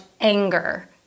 anger